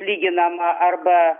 lyginama arba